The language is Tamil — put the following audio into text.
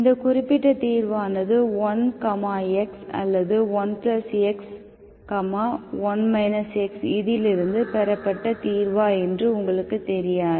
இந்த குறிப்பிட்ட தீர்வானது 1 x அல்லது 1x 1 x இதிலிருந்து பெறப்பட்ட தீர்வா என்று உங்களுக்குத் தெரியாது